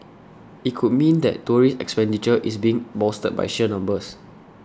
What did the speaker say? it could mean that tourist expenditure is being bolstered by sheer numbers